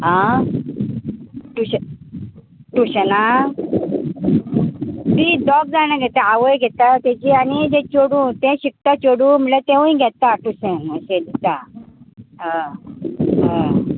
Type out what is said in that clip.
आं टूशनाक टूशनाक तीं दोग जाणां घेता आवय घेता तेजी आनी तें चोडू तें शिकता चोडू म्हळ्यार तेवूंय घेता टूशन अशें दिता हय हय